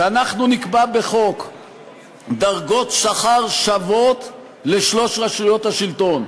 שאנחנו נקבע בחוק דרגות שכר שוות לשלוש רשויות השלטון.